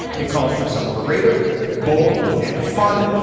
it calls for someone creative bold and fun.